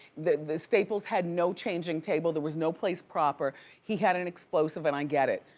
the staples had no changing table. there was no place proper. he had an explosive and i get it.